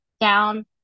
down